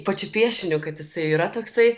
pačiu piešiniu kad jisai yra toksai